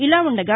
ఇలా ఉండగా